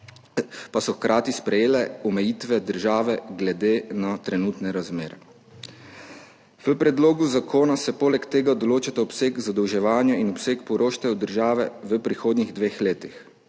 pa so hkrati sprejele omejitve države glede na trenutne razmere. V predlogu zakona se poleg tega določata obseg zadolževanja in obseg poroštev države v prihodnjih dveh letih.